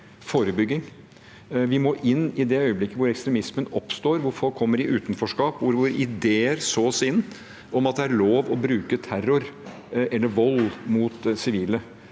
forebygging. Vi må inn i det øyeblikk hvor ekstremismen oppstår, hvor folk kommer i utenforskap, og hvor ideer sås om at det er lov å bruke terror eller vold mot sivile.